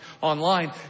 online